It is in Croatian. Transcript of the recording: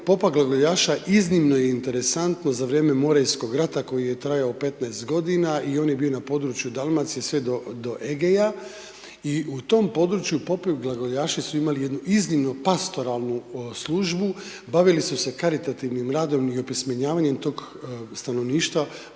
popa glagoljaša iznimno je interesantno za vrijeme Morejskog rata koji je trajao 15 godina, i on je bio na području Dalmacije sve do, do Egeja, i u tom području popi glagoljaši su imali jednu iznimno pastoralnu službu, bavili su se karitativnim radom i opismenjivanjem tog stanovništva,